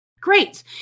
Great